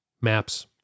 maps